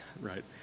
right